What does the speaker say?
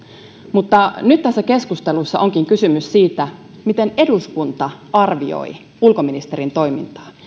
mutta nyt tässä keskustelussa onkin kysymys siitä miten eduskunta arvioi ulkoministerin toimintaa